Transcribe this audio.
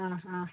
ആ ആ